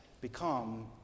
become